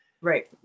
Right